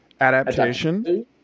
adaptation